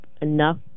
enough